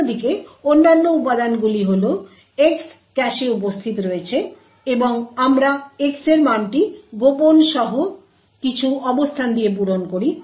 অন্যদিকে অন্যান্য উপাদানগুলি হল X ক্যাশে উপস্থিত রয়েছে এবং আমরা X এর মানটি গোপন সহ কিছু অবস্থান দিয়ে পূরণ করি